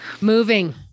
Moving